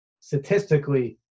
statistically